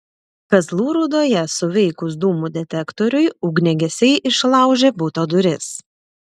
kazlų rūdoje suveikus dūmų detektoriui ugniagesiai išlaužė buto duris